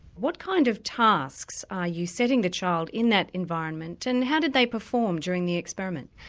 what kind of tasks are you setting the child in that environment, and how did they perform during the experiment?